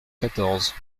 quatorze